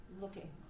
looking